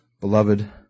beloved